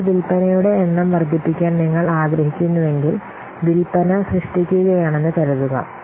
ഇപ്പോൾ വിൽപ്പനയുടെ എണ്ണം വർദ്ധിപ്പിക്കാൻ നിങ്ങൾ ആഗ്രഹിക്കുന്നുവെങ്കിൽ വിൽപ്പന സൃഷ്ടിക്കുകയാണെന്ന് കരുതുക